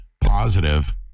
positive